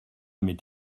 m’est